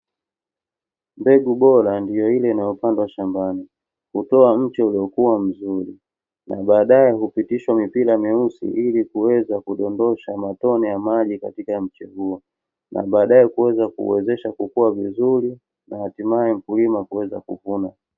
Mbegu bora ndio ile inayopandwa shambani hutoa mche uliokuwa mzuri na baadae hupitishwa mipira myeusi ili kuweza kudondosha matone ya maji katika mche huo na baadae kuweza kuuwezesha kukua vizuri na mkulima kuweza kuvuna.